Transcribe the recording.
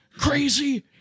Crazy